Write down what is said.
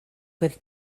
with